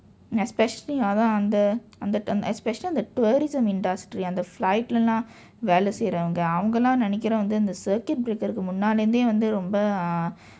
especially அதான் அந்த அந்த அந்த:athaan andtha andtha andtha especially அந்த:andtha tourism industry அந்த:andtha flight எல்லாம் வேலை செய்றவுங்க அவங்கள நினைக்கிறேன் வந்து அந்த:ellaam veelai seyravungka avangkala ninaikkireen vandthu andtha circuit breaker முன்னால இருந்தே வந்து ரொம்ப:munnaala irundthee vandthu rompa ah